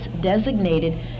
designated